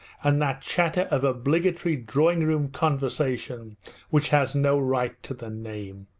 and that chatter of obligatory drawing-room conversation which has no right to the name